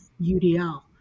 UDL